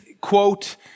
quote